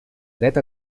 dret